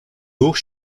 hoch